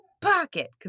pocket